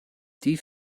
die